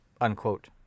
unquote